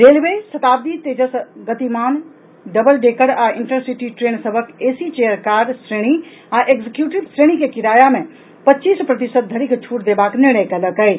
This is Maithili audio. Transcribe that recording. railway Shatabdi Tejas Gatimaan double decker आ इंटरसिटी ट्रेन सभक एसी चेयर कार श्रेणी आ एक्जीक्यूटिव श्रेणी के किराया मे पच्चीस प्रतिशत धरिक छूट देबाक निर्णय कयलक अछि